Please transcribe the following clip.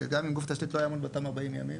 שגם אם גוף תשתית לא יעמוד באותם 40 ימים,